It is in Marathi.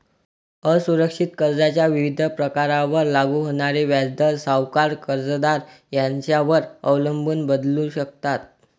असुरक्षित कर्जाच्या विविध प्रकारांवर लागू होणारे व्याजदर सावकार, कर्जदार यांच्यावर अवलंबून बदलू शकतात